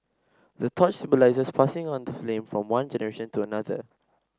the torch symbolises passing on the flame from one generation to another